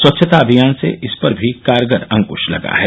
स्वच्छता अभियान से इस पर भी कारगर अंकृश लगा है